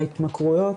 ההתמכרויות,